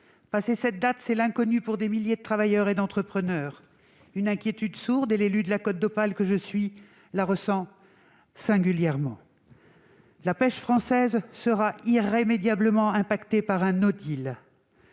Passée cette date, c'est l'inconnu pour des milliers de travailleurs et d'entrepreneurs, c'est une inquiétude sourde, que l'élue de la côte d'Opale que je suis ressent singulièrement. La pêche française sera irrémédiablement touchée par un. Sans règle